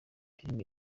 filime